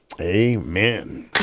Amen